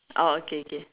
orh okay okay